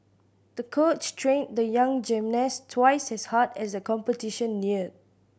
the coach trained the young gymnast twice as hard as the competition neared